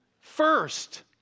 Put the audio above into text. first